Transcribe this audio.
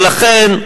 ולכן,